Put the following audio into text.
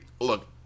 look